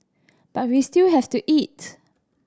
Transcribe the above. but we still have to eat